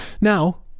Now